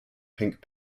pink